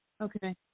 Okay